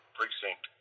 Precinct